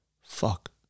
Fuck